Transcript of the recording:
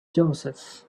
joseph